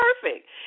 perfect